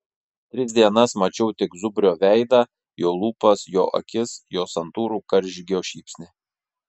tris dienas mačiau tik zubrio veidą jo lūpas jo akis jo santūrų karžygio šypsnį